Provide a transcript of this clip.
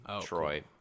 Troy